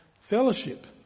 fellowship